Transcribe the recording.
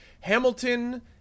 Hamilton